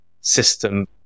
system